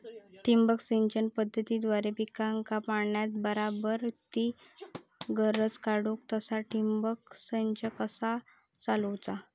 ठिबक सिंचन पद्धतीद्वारे पिकाक पाण्याचा बराबर ती गरज काडूक तसा ठिबक संच कसा चालवुचा?